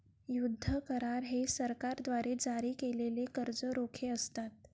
युद्ध करार हे सरकारद्वारे जारी केलेले कर्ज रोखे असतात